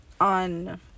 on